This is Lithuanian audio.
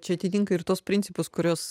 čia atitinka ir tuos principus kuriuos